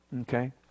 Okay